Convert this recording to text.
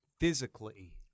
Physically